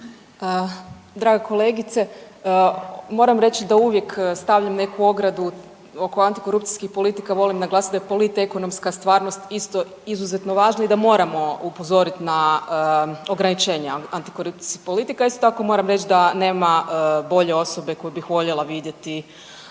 Draga kolegice, moram reći da uvijek stavljam neku ogradu oko antikorupcijskih politika i volim naglasit da je politiekomonska stvarnost isto izuzetno važna i da moramo upozorit na ograničenja antikorupcijskih politika. Isto tako moram reć da nema bolje osobe koju bih voljela vidjeti